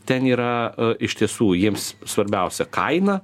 ten yra iš tiesų jiems svarbiausia kaina